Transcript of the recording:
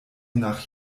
nach